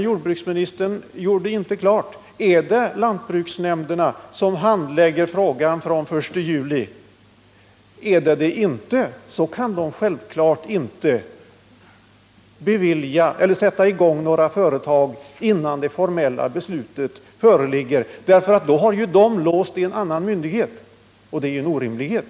Jordbruksministern klargjorde inte om lantbruksnämnderna skall handlägga denna fråga fr.o.m. den 1 juli. Är så inte fallet, kan lantbruksnämnderna självfallet inte sätta i gång några företag innan det formella beslutet föreligger, för då har de ju låst en annan myndighet, och det vore orimligt.